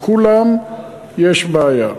לכולם יש בעיה.